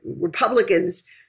Republicans